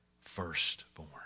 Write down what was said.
firstborn